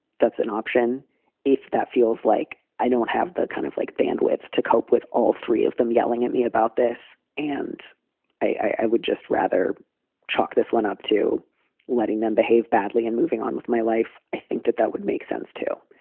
that's an option if that feels like i don't have the kind of like bandwidth to cope with all three of them yelling at me about this, and i would just rather chalk this one up to letting them behave badly and moving on with my life. i think that that would make sense, too.